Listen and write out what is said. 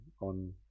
on